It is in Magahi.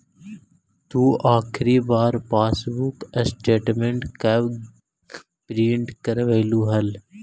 तु आखिरी बार पासबुक स्टेटमेंट कब प्रिन्ट करवैलु हल